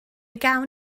gawn